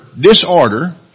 disorder